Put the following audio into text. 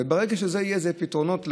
וברגע שזה יהיה, אז יהיו פתרונות לכולם,